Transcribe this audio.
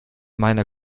meiner